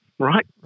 Right